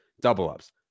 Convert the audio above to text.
double-ups